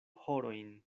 horojn